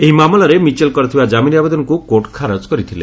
ଏହି ମାମଲାରେ ମିଚେଲ୍ କରିଥିବା ଜାମିନ୍ ଆବେଦନକୁ କୋର୍ଟ ଖାରଜ କରିଥିଲେ